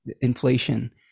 inflation